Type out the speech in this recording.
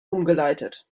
umgeleitet